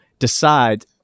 decide